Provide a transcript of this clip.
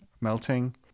melting